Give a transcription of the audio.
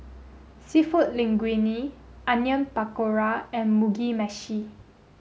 Seafood Linguine Onion Pakora and Mugi Meshi